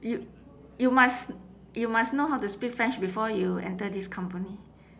you you must you must know how to speak french before you enter this company